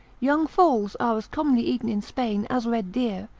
young foals are as commonly eaten in spain as red deer,